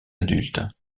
adultes